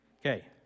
Okay